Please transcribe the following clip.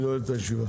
אני נועל את הישיבה.